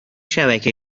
شبکه